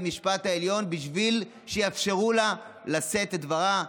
המשפט העליון בשביל שיאפשרו לה לשאת את דברה.